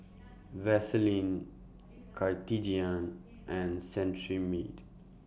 Vaselin Cartigain and Cetrimide